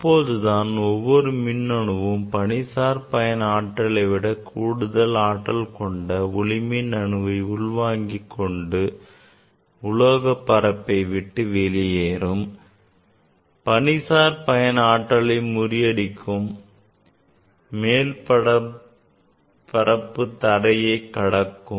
அப்போதுதான் ஒவ்வொரு மின்னணுவும் பணிசார் பயன் ஆற்றலைவிட கூடுதல் ஆற்றல் கொண்ட ஒளிமின் அணுவை உள்வாங்கிக் கொண்டு உலோகப் பரப்பை விட்டு வெளியேறும் பணிசார் பயன் ஆற்றலை முறியடிக்கும் மேற்பரப்பு தடையை கடக்கும்